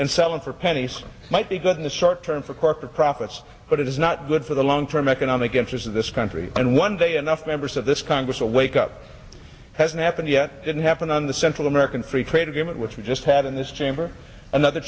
and sell it for pennies might be good in the short term for corporate profits but it is not good for the long term economic interest of this country and one day enough members of this congress will wake up hasn't happened yet didn't happen on the central american free trade agreement which we just had in this chamber another